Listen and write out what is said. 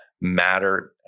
matter